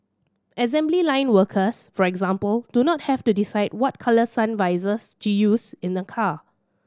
assembly line workers for example do not have to decide what colour sun visors to use in a car